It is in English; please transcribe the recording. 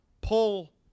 pull